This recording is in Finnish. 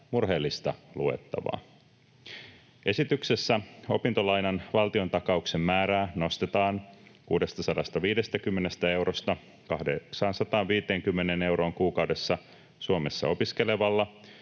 murheellista luettavaa. Esityksessä opintolainan valtiontakauksen määrää nostetaan 650 eurosta 850 euroon kuukaudessa Suomessa opiskelevalla